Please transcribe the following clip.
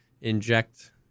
inject